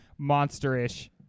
monsterish